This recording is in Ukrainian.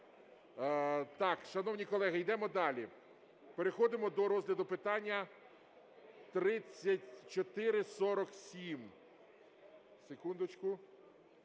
Так, шановні колеги, йдемо далі. Переходимо до розгляду питання 3447… Секундочку,